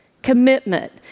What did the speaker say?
Commitment